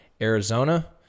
Arizona